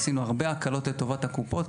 עשינו הרבה הקלות לטובת הקופות.